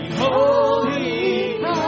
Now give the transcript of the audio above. holy